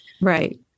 Right